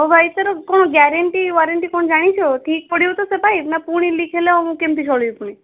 ଭାଇ ଏଥିରେ କ'ଣ ଗ୍ୟାରେଣ୍ଟି ୱାରେଣ୍ଟି କ'ଣ ଜାଣିଛ ଠିକ୍ ପଡ଼ିବ ତ ସେ ପାଇପ୍ ନା ପୁଣି ଲିକ୍ ହେଲେ ମୁଁ କେମିତି ଚଳିବି ପୁଣି